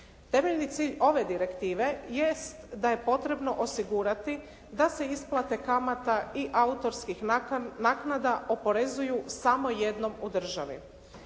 Temeljni cilj ove direktive jest, da je potrebno osigurati da se isplate kamata i autorskih naknada oporezuju samo jednom u državi.